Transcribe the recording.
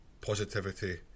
positivity